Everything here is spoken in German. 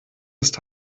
ist